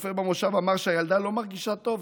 רופא במושב אמר שהילדה לא מרגישה טוב,